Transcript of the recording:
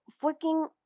flicking